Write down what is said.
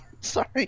sorry